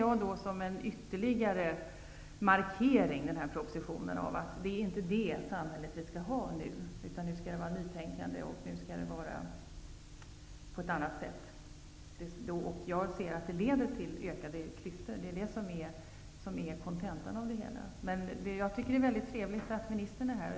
Propositionen är ytterligare en markering som innebär att vi inte skall ha ett sådant samhälle som jag talar för. Nu skall det vara nytänkande. Jag ser att det leder till ökade klyftor. Det är kontentan av det hela. Jag tycker att det är trevligt att civilministern är här.